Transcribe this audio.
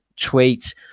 tweet